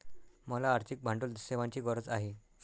मला आर्थिक भांडवल सेवांची गरज आहे